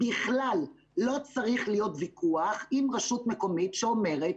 בכלל לא צריך להיות ויכוח עם רשות מקומית שאומרת,